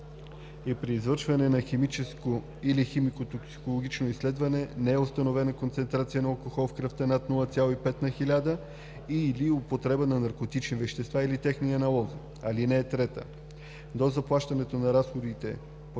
и при извършването на химическо или химико-токсикологично изследване не е установена концентрация на алкохол в кръвта над 0,5 на хиляда и/или употреба на наркотични вещества или техни аналози. (3) До заплащането на разходите по